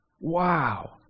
wow